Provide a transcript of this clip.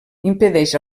impedeix